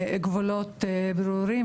גבולות ברורים,